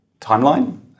timeline